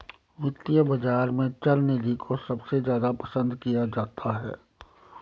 वित्तीय बाजार में चल निधि को सबसे ज्यादा पसन्द किया जाता है